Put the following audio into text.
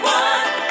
one